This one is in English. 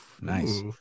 nice